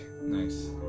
Nice